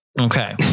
Okay